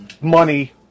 money